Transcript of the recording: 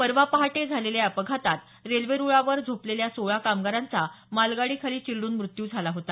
परवा पहाटे झालेल्या या अपघातात रेल्वे रुळावर झोपलेल्या सोळा कामगारांचा मालगाडीखाली चिरडून मृत्यू झाला होता